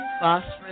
Phosphorus